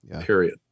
Period